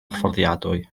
fforddiadwy